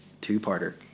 Two-parter